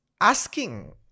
asking